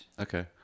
Okay